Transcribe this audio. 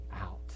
out